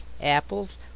apples